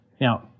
Now